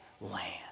land